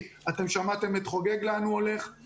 שמעתם מחוגג לאן הולך הכדורגל המקצועני.